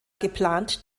geplant